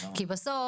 כי בסוף,